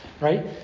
right